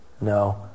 No